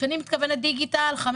כשאני מתכוונת לדיגיטל 5,